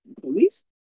police